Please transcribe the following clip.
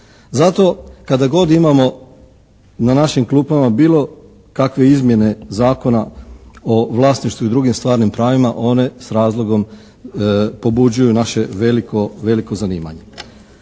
Zato kada god imamo na našim klupama bilo kakve izmjene Zakona o vlasništvu i drugim stvarnim pravima one s razlogom pobuđuju naše veliko zanimanje.